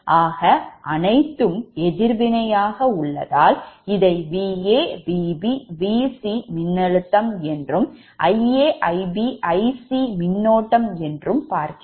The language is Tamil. ஆக அனைத்தும் எதிர்வினை ஆக உள்ளதால் இதை VaVbVc மின்னழுத்தம் என்றும் IaIbIc மின்னோட்டம் என்றும் பார்க்கிறோம்